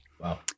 Wow